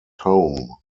home